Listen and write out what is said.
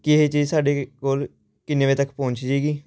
ਕਿ ਇਹ ਚੀਜ਼ ਸਾਡੇ ਕੋਲ ਕਿੰਨੇ ਵਜੇ ਤੱਕ ਪਹੁੰਚ ਜਾਵੇਗੀ